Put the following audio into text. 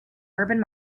urban